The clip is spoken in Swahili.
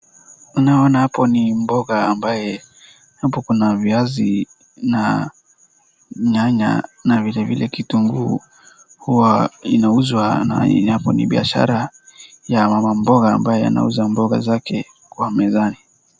Naona hapo ni mboga ambaye hapo kuna viazi, na nyanya, na vilevile kitunguu, huwa inauzwa na hapo ni biashara ya mama mboga, ambaye anauza mboga zake kwa mezani.